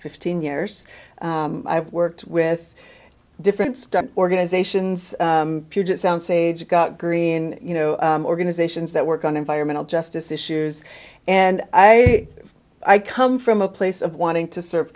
fifteen years i've worked with different stuff organization puget sound sage got green you know organizations that work on environmental justice issues and i i come from a place of wanting to s